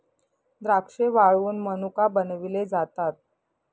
द्राक्षे वाळवुन मनुका बनविले जातात